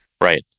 Right